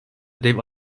dev